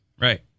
Right